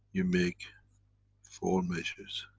you make four measures.